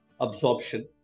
absorption